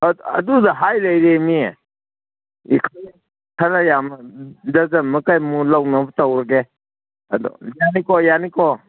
ꯑꯗꯨꯗ ꯍꯥꯏ ꯂꯩꯔꯦꯃꯤ ꯈꯔ ꯌꯥꯝꯅ ꯗꯔꯖꯟꯃꯨꯛ ꯀꯩꯃꯨꯛ ꯂꯧꯅꯕ ꯇꯧꯔꯒꯦ ꯑꯗꯣ ꯌꯥꯅꯤꯀꯣ ꯌꯥꯅꯤꯀꯣ